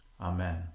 Amen